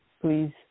please